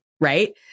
right